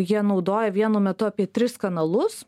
jie naudoja vienu metu apie tris kanalus